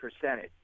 percentage